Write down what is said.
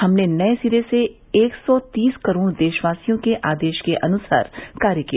हमने नए सिरे से एक सौ तीस करोड़ देशवासियों के आदेश के अनुसार कार्य किया